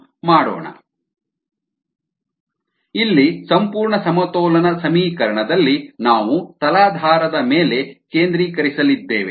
ri rorg rcddt ಇಲ್ಲಿ ಸಂಪೂರ್ಣ ಸಮತೋಲನ ಸಮೀಕರಣದಲ್ಲಿ ನಾವು ತಲಾಧಾರದ ಮೇಲೆ ಕೇಂದ್ರೀಕರಿಸಲಿದ್ದೇವೆ